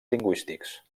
lingüístics